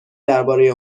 دربارهی